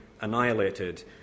annihilated